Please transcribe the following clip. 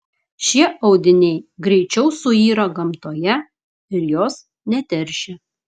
šie audiniai greičiau suyra gamtoje ir jos neteršia